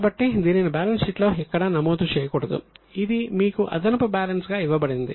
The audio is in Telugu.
కాబట్టి దీనిని బ్యాలెన్స్ షీట్లో ఎక్కడా నమోదు చేయకూడదు ఇది మీకు అదనపు బ్యాలెన్స్గా ఇవ్వబడినది